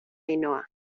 ainhoa